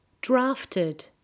Drafted